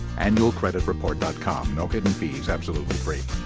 annualcreditreport dot com no hidden fees. absolutely free.